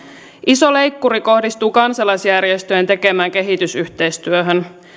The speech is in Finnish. iso leikkuri kohdistuu kansalaisjärjestöjen tekemään kehitysyhteistyöhön